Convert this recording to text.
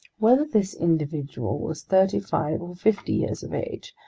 whether this individual was thirty-five or fifty years of age,